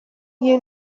you